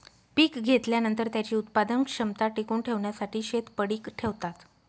पीक घेतल्यानंतर, त्याची उत्पादन क्षमता टिकवून ठेवण्यासाठी शेत पडीक ठेवतात